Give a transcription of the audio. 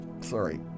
Sorry